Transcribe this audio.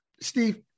Steve